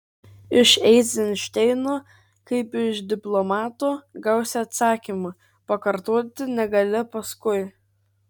iš eizenšteino kaip iš diplomato gausi atsakymą pakartoti negali paskui